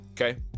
okay